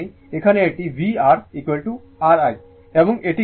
এই কারণেই এখানে এটি vR R I এবং এটিকে আপনি এই দিকটি VL বলেন